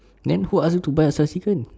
then who ask you to buy extra chicken